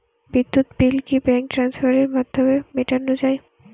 বিদ্যুৎ বিল কি ব্যাঙ্ক ট্রান্সফারের মাধ্যমে মেটানো য়ায়?